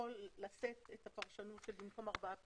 שיכול לתת את הפרשנות של במקום ארבעה פקידים,